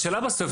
השאלה בסוף,